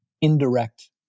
indirect